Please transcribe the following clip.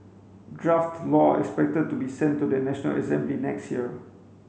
draft law expected to be sent to the National Assembly next year